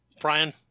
Brian